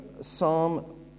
Psalm